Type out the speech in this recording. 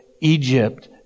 Egypt